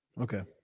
Okay